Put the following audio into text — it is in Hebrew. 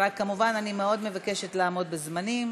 אבל כמובן, אני מאוד מבקשת לעמוד בזמנים.